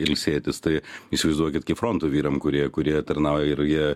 ilsėtis tai įsivaizduokit kaip fronto vyram kurie kurie tarnauja ir jie